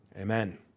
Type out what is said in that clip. Amen